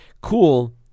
cool